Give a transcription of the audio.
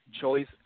choice